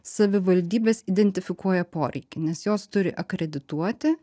savivaldybės identifikuoja poreikį nes jos turi akredituoti